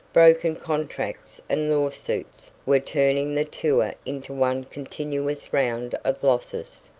broken contracts and lawsuits were turning the tour into one continuous round of losses,